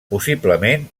possiblement